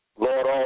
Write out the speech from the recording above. Lord